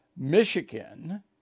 Michigan